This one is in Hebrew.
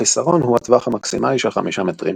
החיסרון הוא הטווח המקסימלי של 5 מטרים.